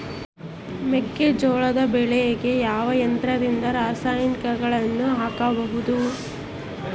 ಮೆಕ್ಕೆಜೋಳ ಬೆಳೆಗೆ ಯಾವ ಯಂತ್ರದಿಂದ ರಾಸಾಯನಿಕಗಳನ್ನು ಹಾಕಬಹುದು?